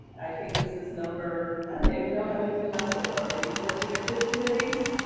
i think this is number. i don't even know how many we've done so far, maybe fourteen or fifteen of these?